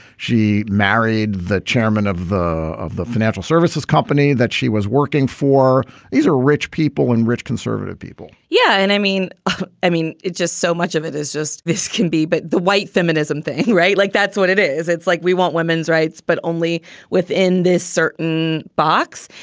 she married the chairman of the of the financial services company that she was working. for these are rich people in rich conservative people yeah, and i mean i mean, it's just so much of it is just this can be. but the white feminism thing, right. like that's what it is. it's like we want women's rights, but only within this certain certain box.